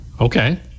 Okay